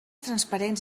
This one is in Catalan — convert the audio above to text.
transparents